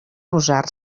usar